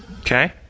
Okay